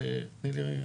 תני לי רגע,